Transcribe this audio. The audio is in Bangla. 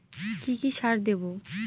কি কি সার দেবো?